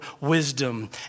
wisdom